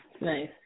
Nice